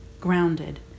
grounded